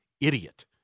idiot